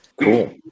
Cool